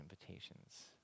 invitations